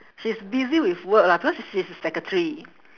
she's busy with work lah because she she's a secretary